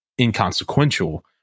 inconsequential